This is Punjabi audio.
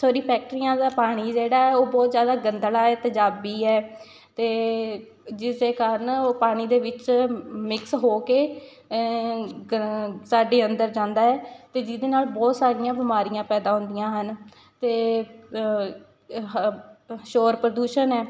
ਸੌਰੀ ਫੈਕਟਰੀਆਂ ਦਾ ਪਾਣੀ ਜਿਹੜਾ ਉਹ ਬਹੁਤ ਜ਼ਿਆਦਾ ਗੰਧਲਾ ਹੈ ਤੇਜ਼ਾਬੀ ਹੈ ਅਤੇ ਜਿਸ ਦੇ ਕਾਰਨ ਉਹ ਪਾਣੀ ਦੇ ਵਿੱਚ ਮਿਕਸ ਹੋ ਕੇ ਗ ਸਾਡੇ ਅੰਦਰ ਜਾਂਦਾ ਹੈ ਅਤੇ ਜਿਹਦੇ ਨਾਲ ਬਹੁਤ ਸਾਰੀਆਂ ਬਿਮਾਰੀਆਂ ਪੈਦਾ ਹੁੰਦੀਆਂ ਹਨ ਅਤੇ ਹ ਵ ਸ਼ੌਰ ਪ੍ਰਦੂਸ਼ਣ ਹੈ